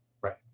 Right